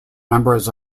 members